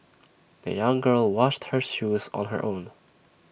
the young girl washed her shoes on her own